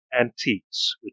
antiques